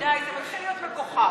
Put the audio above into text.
די, זה מתחיל להיות מגוחך.